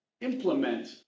implement